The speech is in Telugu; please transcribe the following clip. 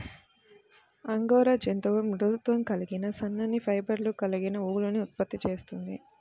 అంగోరా జంతువు మృదుత్వం కలిగిన సన్నని ఫైబర్లు కలిగిన ఊలుని ఉత్పత్తి చేస్తుంది